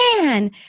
man